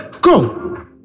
Go